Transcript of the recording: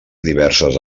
diverses